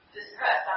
discuss